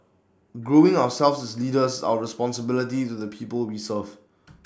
growing ourselves as leaders is our responsibility to the people we serve